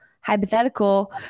hypothetical